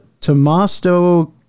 Tomasto-